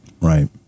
right